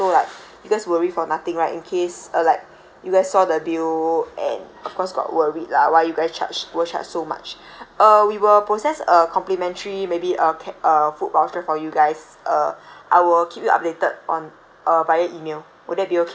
you guys worried for nothing right in case uh like you guys saw the bill and of course got worried lah why you guys charge were charged so much uh we will process a complimentary maybe a a food voucher for you guys uh I will keep you updated on uh via email would that be okay